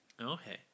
Okay